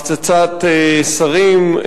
הפצצת שרים,